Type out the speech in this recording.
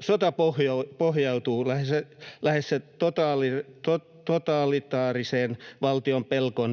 Sota pohjautuu lähes totalitaarisen valtion pelkoon demokratiasta.